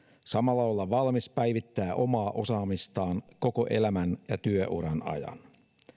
samalla valmius päivittää omaa osaamistaan koko elämän ja työuran ajan